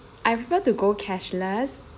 I prefer to go cashless